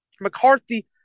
McCarthy